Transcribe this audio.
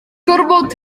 gorfod